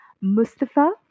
Mustafa